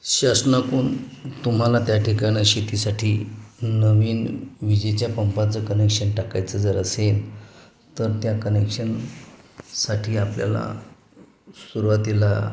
शासनाकडून तुम्हाला त्या ठिकाणी शेतीसाठी नवीन विजेच्या पंपाचं कनेक्शन टाकायचं जर असेल तर त्या कनेक्शनसाठी आपल्याला सुरवातीला